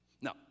Now